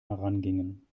herangingen